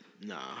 Nah